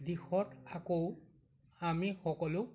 দিশত আকৌ আমি সকলো